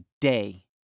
day